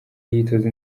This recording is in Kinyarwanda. yitoza